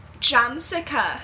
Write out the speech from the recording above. Jamsica